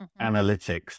analytics